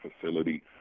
facility